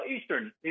Eastern